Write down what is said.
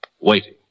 waiting